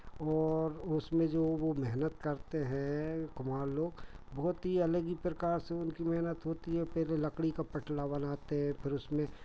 और उसमें जो वो मेहनत करते हैं कुम्हार लोग बहुत ई अलग ही प्रकार से उनकी मेहनत होती है पहले लकड़ी का पटला बनाते हैं फिर उसमें